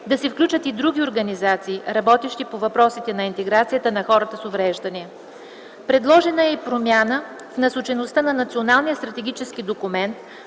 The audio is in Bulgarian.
да се включат и други организации, работещи по въпросите на интеграцията на хората с увреждания. Предложена е и промяна в насочеността на националния стратегически документ